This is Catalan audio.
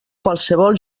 qualsevol